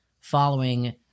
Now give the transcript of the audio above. following